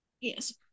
Yes